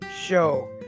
show